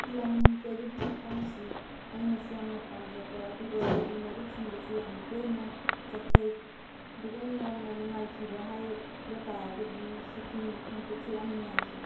ꯂꯝ ꯀꯣꯏꯕꯒꯤ ꯃꯇꯥꯡꯁꯤ ꯑꯩꯅꯁꯨ ꯌꯥꯝꯅ ꯄꯥꯝꯖꯕ ꯑꯗꯨꯒ ꯑꯩꯒꯤ ꯃꯔꯨꯞꯁꯤꯡꯒꯁꯨ ꯌꯥꯝꯅ ꯇꯣꯏꯅ ꯆꯠꯆꯩ ꯑꯗꯨꯒ ꯑꯩꯅ ꯌꯥꯝꯅ ꯅꯨꯡꯉꯥꯏꯈꯤꯕ ꯍꯥꯏꯕ ꯇꯥꯔꯒꯗꯤ ꯁꯤꯀꯤꯝꯒꯤ ꯈꯣꯡꯆꯠꯁꯦ ꯌꯥꯝꯅ ꯅꯨꯡꯉꯥꯏꯈꯤ